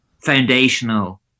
foundational